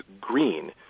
green